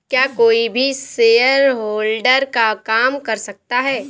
क्या कोई भी शेयरहोल्डर का काम कर सकता है?